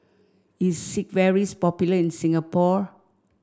is Sigvaris popular in Singapore